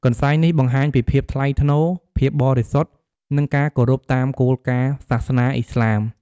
កន្សែងនេះបង្ហាញពីភាពថ្លៃថ្នូរ ភាពបរិសុទ្ធ និងការគោរពតាមគោលការណ៍សាសនាឥស្លាម។